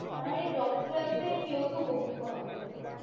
আমার এই রক্ত দেওয়াতে কেউ হয়তো উপকৃত হবে